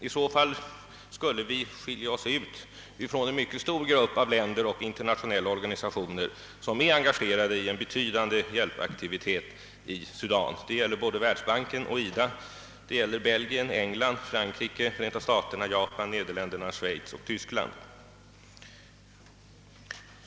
I så fall skulle vi skilja ut oss från en mycket stor grupp av länder och internationella organisationer, som är engagerade i en betydande hjälpaktivitet i Sudan. Det gäller såväl världsbanken och IDA som Belgien, England, Frankrike, Förenta staterna, Japan, Nederländerna, Schweiz och Tyskland.